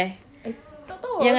tak tahu lah